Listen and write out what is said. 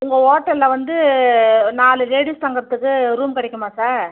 உங்கள் ஹோட்டலில் வந்து நாலு லேடீஸ் தங்குறதுக்கு ரூம் கிடைக்குமா சார்